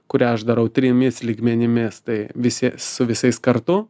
kurią aš darau trimis lygmenimis tai visi su visais kartu